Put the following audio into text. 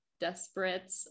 desperate